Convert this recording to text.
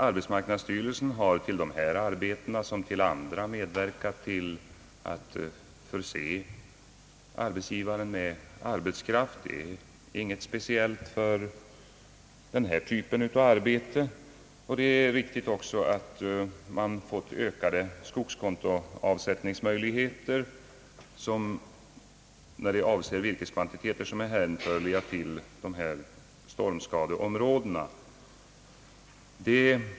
Arbetsmarknadsstyrelsen har medverkat vid dessa arbeten, liksom vid andra, till att förse arbetsgivarna med arbetskraft. Det är inget speciellt för den här typen av arbete. Det är också riktigt att det har givits ökade möjligheter till avsättning på skogskonto i fråga om virkeskvantiteter som är hänförliga till stormskadeområdena.